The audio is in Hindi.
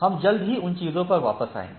हम जल्द ही उन चीजों पर वापस आएंगे